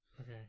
Okay